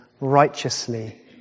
righteously